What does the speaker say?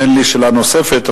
אין לי שאלה נוספת,